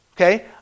okay